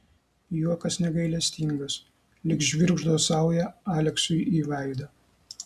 juokas negailestingas lyg žvirgždo sauja aleksiui į veidą